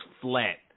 flat